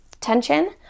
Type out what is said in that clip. tension